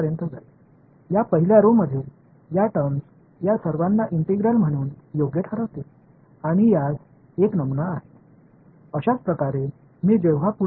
இதன் முதல் வரிசையில் இந்த வெளிப்பாடுகள் இந்த ஒருங்கிணைந்த இந்த ஒருங்கிணைந்த அனைத்தையும் சரியாகக் கொண்டிருக்கும் இதற்கு ஒரு முறை உள்ளது